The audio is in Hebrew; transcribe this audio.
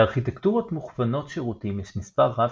לארכיטקטורות מוכוונות שירותים יש מספר רב